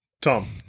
Tom